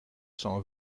cent